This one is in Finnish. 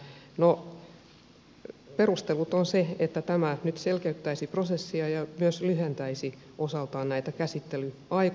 no perusteluna on se että tämä nyt selkeyttäisi prosessia ja myös lyhentäisi osaltaan näitä käsittelyaikoja